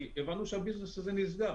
כי הבנו שהביזנס הזה נסגר,